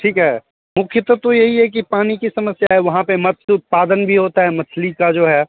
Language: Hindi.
ठीक है मुख्यतः तो यही है कि पानी की समस्याएं वहाँ पर मत्स्य उत्पादन भी होता है मछली का जो है